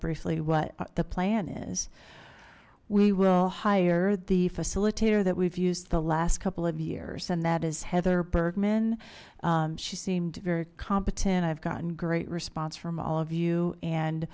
briefly what the plan is we will hire the facilitator that we've used the last couple of years and that is heather bergman she seemed very competent i've gotten great response from all of you